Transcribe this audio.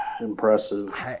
impressive